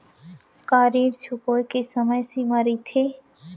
का ऋण चुकोय के समय सीमा रहिथे?